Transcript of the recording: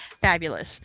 Fabulous